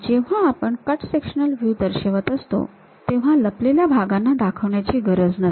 जेव्हा आपण cut sectional view दर्शवित असतो तेव्हा लपलेल्या भागांना दाखवण्याची गरज नसते